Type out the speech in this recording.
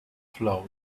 float